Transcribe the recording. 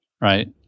right